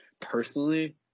personally